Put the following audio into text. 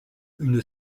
une